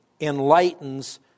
enlightens